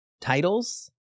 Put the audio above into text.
titles